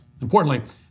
Importantly